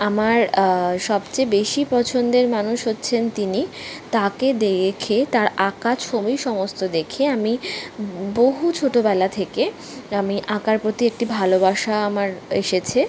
আমার সবচেয়ে বেশি পছন্দের মানুষ হচ্ছেন তিনি তাকে দেখে তার আঁকা ছবি সমস্ত দেখে আমি বহু ছোটবেলা থেকে আমি আঁকার প্রতি একটি ভালোবাসা আমার এসেছে